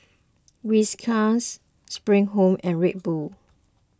Whiskas Spring Home and Red Bull